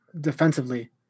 Defensively